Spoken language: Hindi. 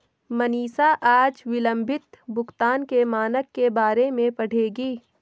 मनीषा आज विलंबित भुगतान के मानक के बारे में पढ़ेगी